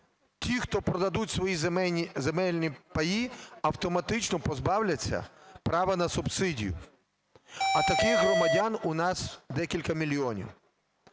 ті, хто продадуть свої земельні паї, автоматично позбавляться права на субсидію, а таких громадян у нас декілька мільйонів.